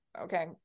okay